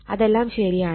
അതെല്ലാം ശരിയാണ്